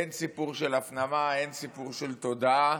אין סיפור של הפנמה, אין סיפור של תודעה,